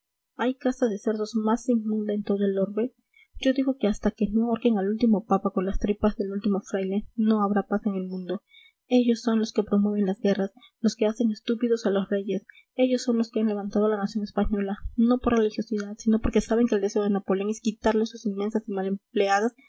hay casta de cerdos más inmunda en todo el orbe yo digo que hasta que no ahorquen al último papa con las tripas del último fraile no habrá paz en el mundo ellos son los que promueven las guerras los que hacen estúpidos a los reyes ellos son los que han levantado a la nación española no por religiosidad sino porque saben que el deseo de napoleón es quitarles sus inmensas y mal empleadas